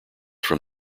from